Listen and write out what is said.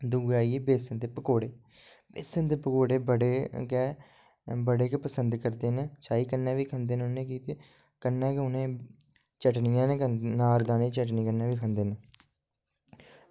दूऐ आइयै बेसन दे पकौड़े बेसन दे पकौड़े बड़े गै बड़े गै पसंद करदे न चाही कन्नै खाई सकदे न ते कन्नै गै उ'नें गी अनारदाने दी चटनी कन्नै खाई सकदे न